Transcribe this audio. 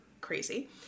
crazy